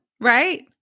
right